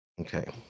okay